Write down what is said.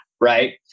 right